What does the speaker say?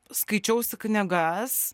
skaičiausi knygas